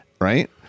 Right